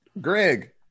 Greg